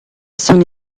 sono